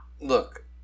look